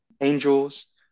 angels